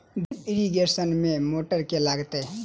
Drip irrigation मे motor केँ लागतै?